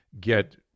get